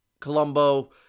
Colombo